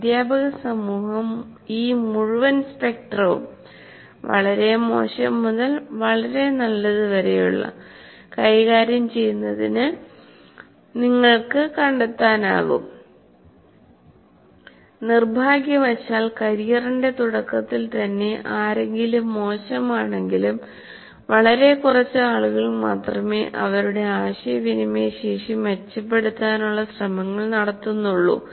അധ്യാപകസമൂഹം ഈ മുഴുവൻ സ്പെക്ട്രവും വളരെ മോശം മുതൽ വളരെ നല്ലത് വരെയുള്ളകൈകാര്യം ചെയ്യുന്നുവെന്ന് നിങ്ങൾക്ക് കണ്ടെത്താനാകും നിർഭാഗ്യവശാൽ കരിയറിന്റെ തുടക്കത്തിൽ തന്നെ ആരെങ്കിലും മോശമാണെങ്കിലും വളരെ കുറച്ച് ആളുകൾ മാത്രമേ അവരുടെ ആശയവിനിമയ ശേഷി മെച്ചപ്പെടുത്താനുള്ള ശ്രമങ്ങൾ നടത്തുന്നുള്ളൂ